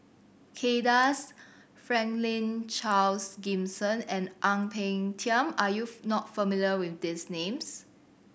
Kay Das Franklin Charles Gimson and Ang Peng Tiam are you not familiar with these names